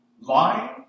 lying